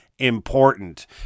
Important